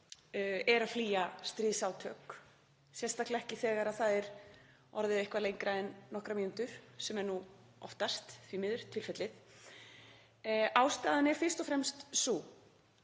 er að flýja stríðsátök, sérstaklega ekki þegar það er orðið eitthvað lengra en nokkrar mínútur, sem er nú því miður oftast tilfellið. Ástæðan er fyrst og fremst sú